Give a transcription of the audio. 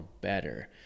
better